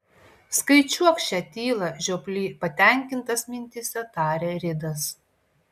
skaičiuok šią tylą žioply patenkintas mintyse tarė ridas